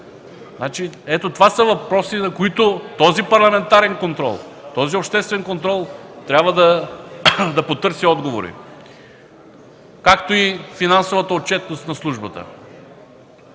това са въпроси, на които този парламентарен контрол, този обществен контрол трябва да потърси отговори, както и за финансовата отчетност на службата.